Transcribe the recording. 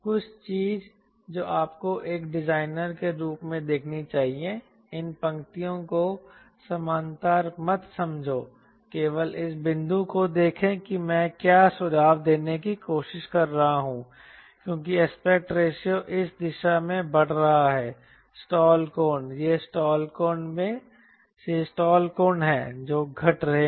कुछ चीजें जो आपको एक डिजाइनर के रूप में देखनी चाहिए इन पंक्तियों को समानांतर मत समझो केवल इस बिंदु को देखें कि मैं क्या सुझाव देने की कोशिश कर रहा हूं क्योंकि एस्पेक्ट रेशियो इस दिशा में बढ़ रहा है स्टाल कोण ये स्टाल कोण हैं जो घट रहे हैं